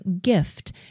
gift